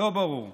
לא ברור.